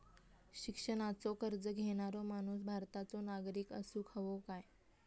शिक्षणाचो कर्ज घेणारो माणूस भारताचो नागरिक असूक हवो काय?